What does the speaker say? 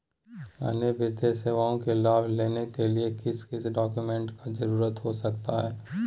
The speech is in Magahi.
अन्य वित्तीय सेवाओं के लाभ लेने के लिए किस किस डॉक्यूमेंट का जरूरत हो सकता है?